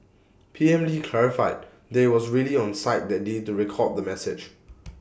P M lee clarified that was really on site that day to record the message